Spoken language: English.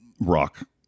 rock